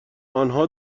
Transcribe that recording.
آنها